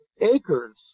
acres